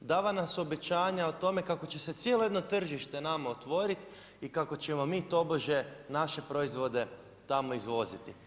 Davana su obećanja o tome kako će se cijelo jedno tržište nama otvoriti i kako ćemo mi tobože naše proizvode tamo izvoziti.